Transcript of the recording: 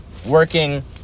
working